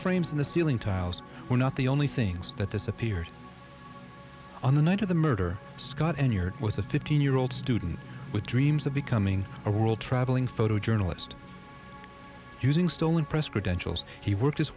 frames in the ceiling tiles were not the only things that disappeared on the night of the murder scott and you're with a fifteen year old student with dreams of becoming a world traveling photojournalist using stolen press credentials he worked his